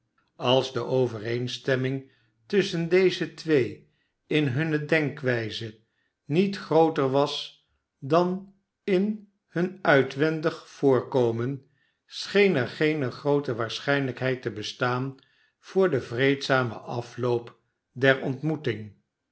als de overeenstemming tusschen deze twee in hunne denkwijze met grooter was dan in hun uitwendig voorkomen scheen er geene groote waarschijnlijkheid te bestaan voor den vreedzamen afloop der ontmoeting